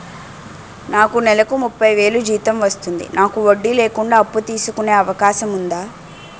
నాకు నేలకు ముప్పై వేలు జీతం వస్తుంది నాకు వడ్డీ లేకుండా అప్పు తీసుకునే అవకాశం ఉందా